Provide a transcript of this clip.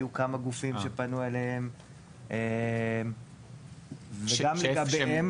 היו כמה גופים שפנו אליהם וגם לגביהם,